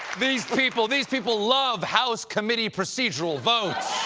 these people these people love house committee procedural votes.